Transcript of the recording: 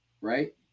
right